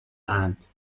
اند